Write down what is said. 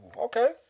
Okay